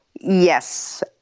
Yes